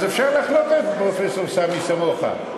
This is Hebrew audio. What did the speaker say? אז אפשר לחלוק על פרופסור סמי סמוחה.